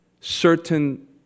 certain